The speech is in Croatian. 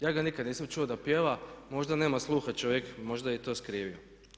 Ja ga nikad nisam čuo da pjeva, možda nema sluha čovjek, možda je i to skrivio.